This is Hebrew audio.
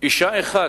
אשה אחת,